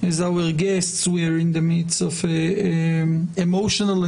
כלומר 4 שנות מאסר,